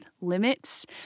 limits